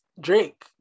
Drake